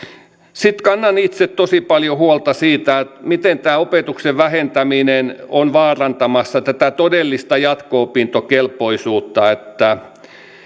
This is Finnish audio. kannan itse tosi paljon huolta siitä miten tämä opetuksen vähentäminen on vaarantamassa tätä todellista jatko opintokelpoisuutta